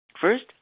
First